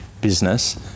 business